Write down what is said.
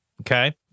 Okay